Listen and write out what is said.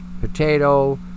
potato